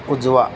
उजवा